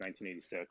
1986